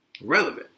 relevant